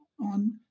on